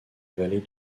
vallée